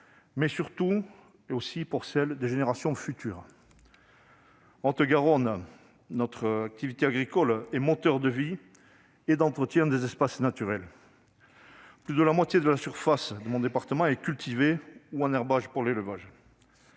mais surtout pour celles des générations futures. En Haute-Garonne, notre activité agricole est un moteur de vie et d'entretien des espaces naturels. Plus de la moitié de la surface de mon département est cultivée ou en herbage pour l'élevage.